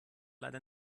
gerade